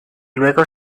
luego